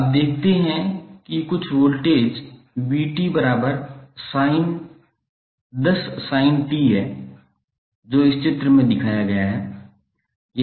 अब देखते हैं कि कुछ वोल्टेज 𝑣𝑡10sin𝑡 है जो इस चित्र में दिखाया गया है